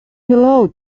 hello